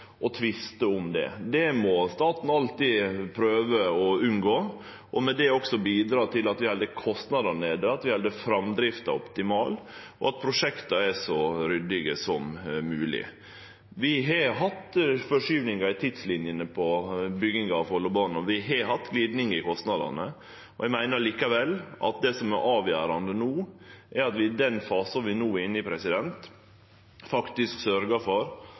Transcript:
og entreprenørar og tvistar om det. Det må staten alltid prøve å unngå og med det også bidra til at vi held kostnadene nede, at vi held framdrifta optimal, og at prosjekta er så ryddige som mogleg. Vi har hatt forskyvingar i tidslinjene på bygginga av Follobana, og vi har hatt glidingar i kostnadene. Eg meiner likevel at det som er avgjerande no, er at vi i den fasen vi no er inne i, faktisk sørgjer for